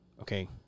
Okay